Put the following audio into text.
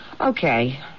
Okay